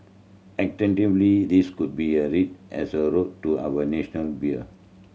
alternatively this could be a read as a nod to our national beer